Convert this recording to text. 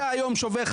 אתה היום שובר,